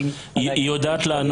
כן, ניתן לה.